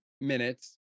minutes